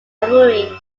armoury